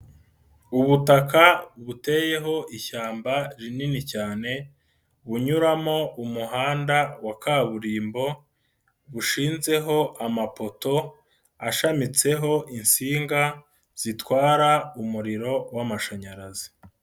Ubutaka buteyeho ishyamba rinini cyane, bunyuramo umuhanda wa kaburimbo, bushinzeho amapoto, ashamitseho insinga zitwara umuriro w'amashanyarazi.